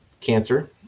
cancer